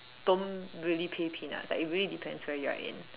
don't really pay peanuts like it really depends where you're in